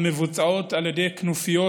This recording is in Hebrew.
המבוצעות על ידי כנופיות